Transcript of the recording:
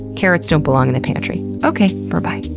carrots don't belong in the pantry. okay berbye.